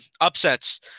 upsets